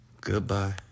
Goodbye